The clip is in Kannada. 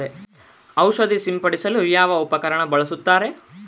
ಔಷಧಿ ಸಿಂಪಡಿಸಲು ಯಾವ ಉಪಕರಣ ಬಳಸುತ್ತಾರೆ?